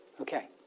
Okay